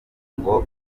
ngo